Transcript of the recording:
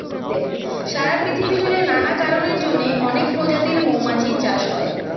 সারা পৃথিবী জুড়ে নানা কারণের জন্যে অনেক প্রজাতির মৌমাছি চাষ হয়